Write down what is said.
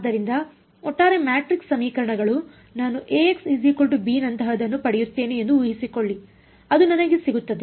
ಆದ್ದರಿಂದ ಒಟ್ಟಾರೆ ಮ್ಯಾಟ್ರಿಕ್ಸ್ ಸಮೀಕರಣಗಳು ನಾನು ನಂತಹದನ್ನು ಪಡೆಯುತ್ತೇನೆ ಎಂದು ಊಹಿಸಿಕೊಳ್ಳಿ ಅದು ನನಗೆ ಸಿಗುತ್ತದೆ